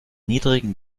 niedrigen